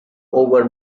over